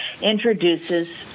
introduces